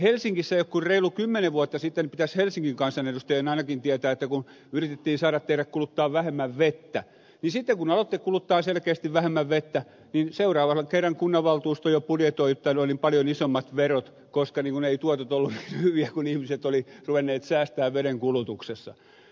helsingissä ei ole kuin reilu kymmenen vuotta siitä pitäisi helsingin kansanedustajien ainakin tietää kun yritettiin saada teidät kuluttamaan vähemmän vettä ja sitten kun aloitte kuluttaa selkeästi vähemmän vettä niin seuraavan kerran kunnanvaltuusto jo budjetoi paljon isommat verot koska eivät tuotot olleet niin hyviä kun ihmiset olivat ruvenneet säästämään vedenkulutuksessa